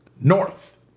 north